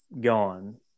gone